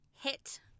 hit